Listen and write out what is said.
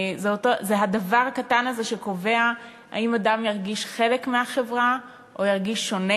זה הדבר הקטן הזה שקובע אם אדם ירגיש חלק מהחברה או ירגיש שונה,